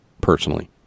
personally